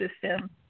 system